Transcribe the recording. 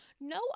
no